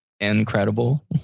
incredible